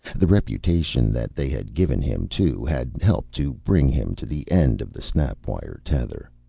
the reputation that they had given him, too, had helped to bring him to the end of the snap-spine tether.